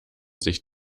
sich